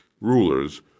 rulers